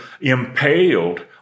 impaled